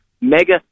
mega